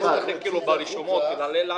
אני מבקש מהרלב"ד בעקבות אישור הדברים האלה,